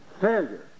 failure